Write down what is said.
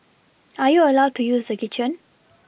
are you allowed to use the kitchen